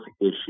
issue